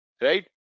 right